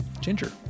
Ginger